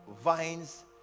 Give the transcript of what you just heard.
vines